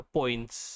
points